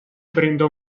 prenda